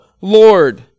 Lord